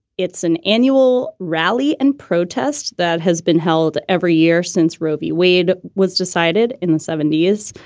it's an annual rally and protest that has been held every year since roe v wade was decided in the seventy s.